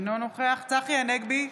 אינו נוכח צחי הנגבי,